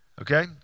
Okay